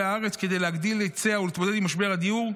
הארץ כדי להגדיל היצע ולהתמודד עם משבר הדיור,